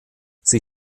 sie